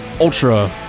ultra